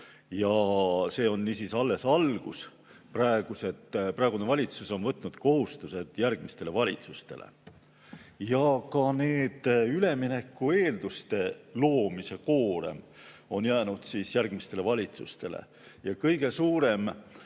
See on niisiis alles algus. Praegune valitsus on võtnud kohustuse järgmistele valitsustele ja ka üleminekueelduste loomise koorem on jäänud järgmistele valitsustele. Kõige suurem